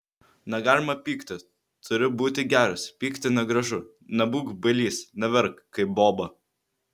negalima pykti turi būti geras pykti negražu nebūk bailys neverk kaip boba